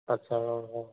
ଆଚ୍ଛା ହଁ ହଁ